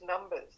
numbers